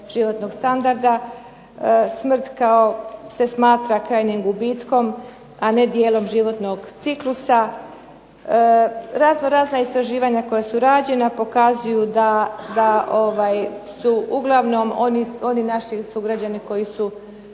životnog standarda, smrt kao se smatra krajnjim gubitkom, a ne dijelom životnog ciklusa. Razno razna istraživanja koja su rađena pokazuju da su uglavnom oni naši sugrađani koji su